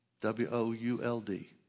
W-O-U-L-D